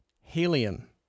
Helium